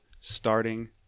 starting